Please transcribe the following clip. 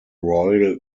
royal